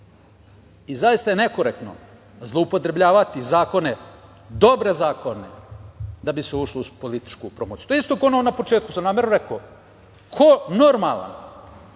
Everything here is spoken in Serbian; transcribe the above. Zaista je nekorektno zloupotrebljavati zakone, dobre zakone, da bi se ušlo u političku promociju. To je isto kao ono na početku, namerno sam rekao. Ko normalan,